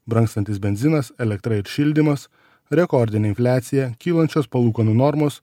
brangstantis benzinas elektra ir šildymas rekordinė infliacija kylančios palūkanų normos